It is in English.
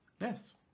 Yes